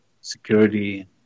security